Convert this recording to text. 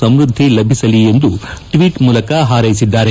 ಸಮೃದ್ದಿ ಲಭಿಸಲಿ ಎಂದು ಟ್ವೀಟ್ ಮೂಲಕ ಹಾರೈಸಿದ್ದಾರೆ